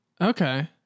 Okay